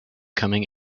coming